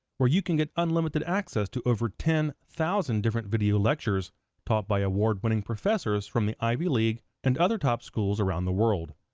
where you can get unlimited access to over ten thousand different video lectures taught by award-winning professors from the ivy league and other top schools around the world.